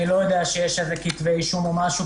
אני לא יודע שיש איזה כתבי אישום או משהו,